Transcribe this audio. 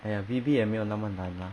!aiya! V_B 也没有那么难啦